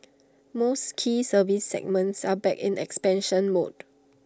most key services segments are back in expansion mode